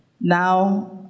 Now